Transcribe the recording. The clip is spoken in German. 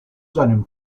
seinem